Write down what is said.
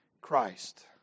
Christ